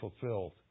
fulfilled